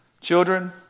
Children